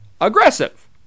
aggressive